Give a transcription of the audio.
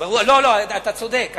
אתה צודק,